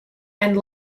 and